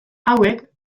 hauek